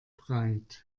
breit